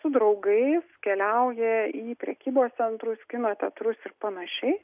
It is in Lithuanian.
su draugais keliauja į prekybos centrus kino teatrus ir panašiai